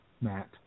Matt